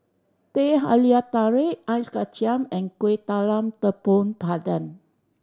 Teh Halia Tarik Ice Kachang and Kuih Talam Tepong Pandan